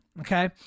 Okay